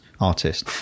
artist